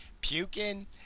puking